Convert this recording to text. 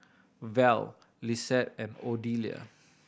val Lissette and Odelia